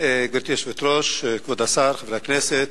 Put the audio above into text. גברתי היושבת-ראש, כבוד השר, חברי הכנסת,